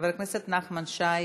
חבר הכנסת נחמן שי,